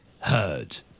heard